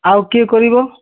ଆଉ କିଏ କରିବ